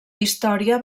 història